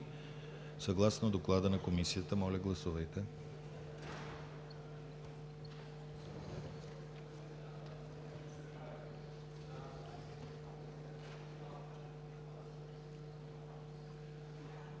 съгласно доклада на Комисията. Моля гласувайте. Гласували